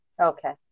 Okay